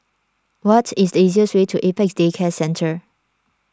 what is the easiest way to Apex Day Care Centre